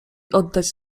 oddać